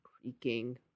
creaking